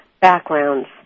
backgrounds